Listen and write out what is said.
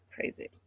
crazy